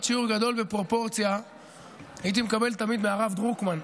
עוד שיעור גדול בפרופורציה הייתי מקבל תמיד מהרב דרוקמן,